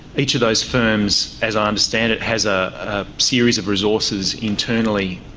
each of those firms, as i understand it, has a series of resources internally,